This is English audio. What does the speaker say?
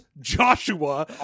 Joshua